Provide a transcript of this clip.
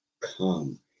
come